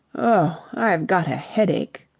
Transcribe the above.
oh, i've got a headache!